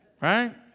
Right